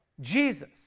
Jesus